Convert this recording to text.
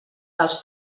dels